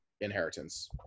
inheritance